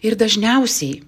ir dažniausiai